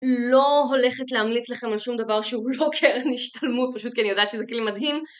לא הולכת להמליץ לכם על שום דבר שהוא לא קרן השתלמות, פשוט כי אני יודעת שזה כלי מדהים.